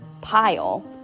pile